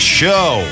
show